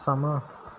ਸਮਾਂ